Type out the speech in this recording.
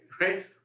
right